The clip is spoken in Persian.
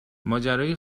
ماجرای